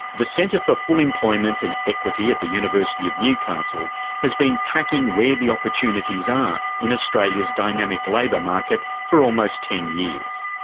the centre for full employment and equity at the university of newcastle has been tracking where the opportunities are in australia's dynamic labour market for almost ten years.